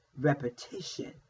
repetition